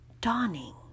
dawning